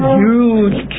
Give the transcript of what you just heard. huge